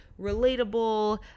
relatable